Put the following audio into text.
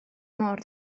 mor